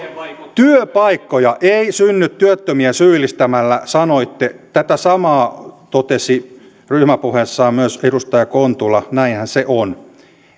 työpaikkoja ei synny työttömiä syyllistämällä sanoitte tätä samaa totesi ryhmäpuheessaan myös edustaja kontula näinhän se on